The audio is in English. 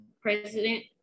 president